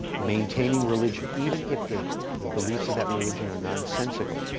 maintaining religion, even if it the beliefs of that religion are nonsensical,